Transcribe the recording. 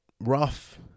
rough